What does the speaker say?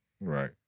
Right